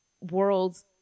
world's